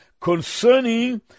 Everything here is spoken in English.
concerning